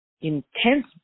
intense